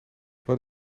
wat